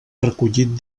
recollit